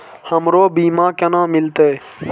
हमरो बीमा केना मिलते?